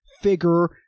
figure